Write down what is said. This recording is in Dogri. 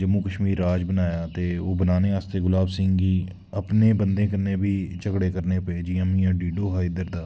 जम्मू कश्मीर राज बनाया ते ओह् बनाने आस्तै गुलाब सिंह गी अपनें बंदे कन्नै बी झगड़े करने पे जियां मियां डीडो हा इद्धर दा